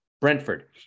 Brentford